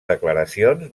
declaracions